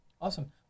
awesome